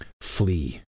Flee